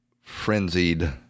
frenzied